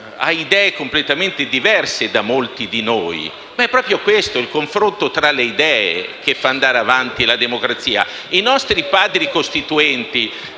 hai idee completamente diverse da molti di noi. Ma è proprio il confronto tra le idee che fa andare avanti la democrazia. I nostri Padri costituenti,